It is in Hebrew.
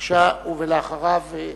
בבקשה, ואחריו,